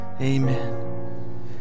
Amen